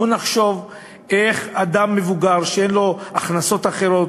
בואו ונחשוב איך אדם מבוגר שאין לו הכנסות אחרות